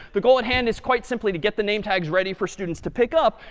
the goal at hand is quite simply to get the name tags ready for students to pick up.